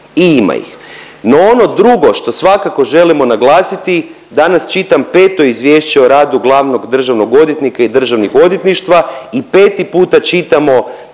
ima ih. No ono drugo što svakako želimo naglasiti, danas čitam 5. Izvješće o radu glavnog državnog odvjetnika i državnih odvjetništva i 5. puta čitamo